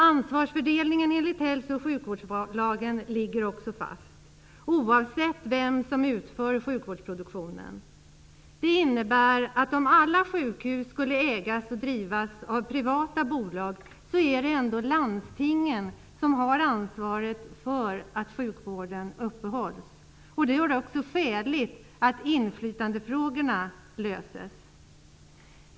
Ansvarsfördelningen enligt hälso och sjukvårdslagen ligger också fast, oavsett vem som utför sjukvårdsproduktionen. Det innebär att om alla sjukhus skulle ägas och drivas av privata bolag är det ändå landstingen som har ansvaret för att sjukvården uppehålls. Det gör det också skäligt att inflytandefrågorna löses.